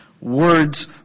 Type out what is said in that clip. Word's